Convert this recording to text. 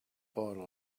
bottle